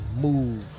move